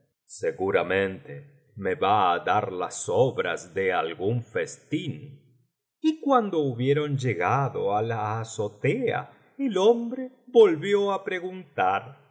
seguramente me va á dar las sobras de algún festín y cuando hubieron llegado á la azotea el hombre volvió á preguntar